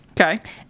Okay